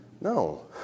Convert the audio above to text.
No